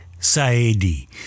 Saedi